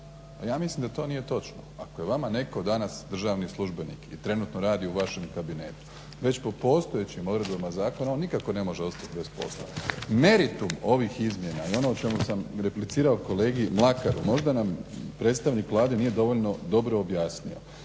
ja mislim da to nije točno. Ako je vama netko danas državni službenik i trenutno radi u vašem kabinetu već po postojećim odredbama zakona on nikako ne može ostati bez posla. Meritum ovih izmjena i ono o čemu sam replicirao kolegi Mlakaru možda nam predstavnik Vlade nije dovoljno dobro objasnio,